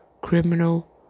criminal